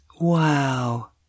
Wow